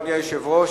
אדוני היושב-ראש,